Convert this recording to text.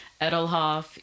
Edelhoff